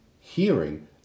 hearing